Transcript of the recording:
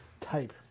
type